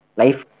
life